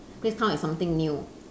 please come up with something new